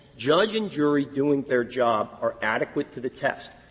judge and jury doing their job are adequate to the test.